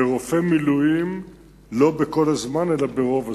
ורופא מילואים לא כל הזמן אלא רוב הזמן.